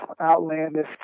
outlandish